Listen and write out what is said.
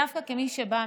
דווקא כמי שבאה